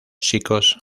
chicos